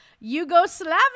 Yugoslavia